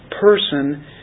person